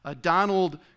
Donald